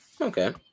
Okay